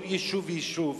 כל יישוב ויישוב,